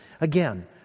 Again